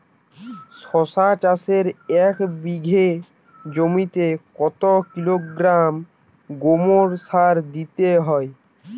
শশা চাষে এক বিঘে জমিতে কত কিলোগ্রাম গোমোর সার দিতে হয়?